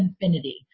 infinity